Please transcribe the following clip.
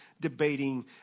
debating